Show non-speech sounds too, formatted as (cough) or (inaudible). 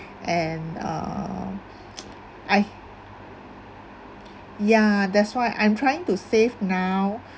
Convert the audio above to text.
and um (noise) I ya that's why I'm trying to save now